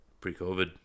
pre-covid